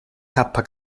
kappa